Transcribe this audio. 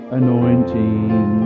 anointing